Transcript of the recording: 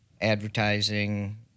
advertising